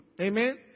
Amen